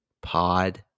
pod